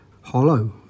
hollow